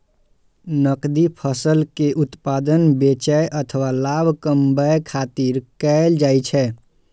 नकदी फसल के उत्पादन बेचै अथवा लाभ कमबै खातिर कैल जाइ छै